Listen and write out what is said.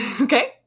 Okay